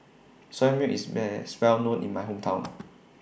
Soya Milk IS Best Well known in My Hometown